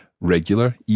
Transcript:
regular